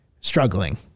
struggling